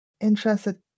interested